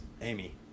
Amy